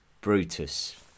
Brutus